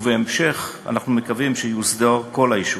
ובהמשך אנחנו מקווים שיוסדר כל היישוב.